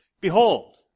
Behold